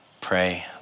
pray